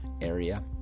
area